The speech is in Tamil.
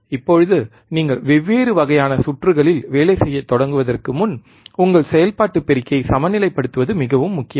இப்போது நீங்கள் வெவ்வேறு வகையான சுற்றுகளில் வேலை செய்யத் தொடங்குவதற்கு முன் உங்கள் செயல்பாட்டு பெருக்கியை சமநிலைப்படுத்துவது மிகவும் முக்கியம்